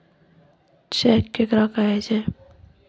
Cheque केकरा कहै छै?